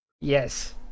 Yes